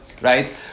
right